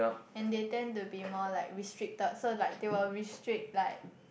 and they tend to be more like restricted so like they will restrict like